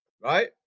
Right